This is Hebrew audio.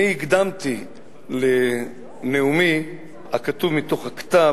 אני הקדמתי לנאומי, הכתוב מתוך הכתב,